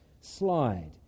slide